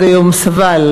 עד היום סבל,